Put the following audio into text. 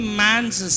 man's